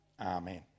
Amen